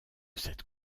cette